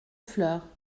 fleurs